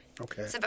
Okay